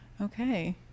Okay